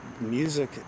music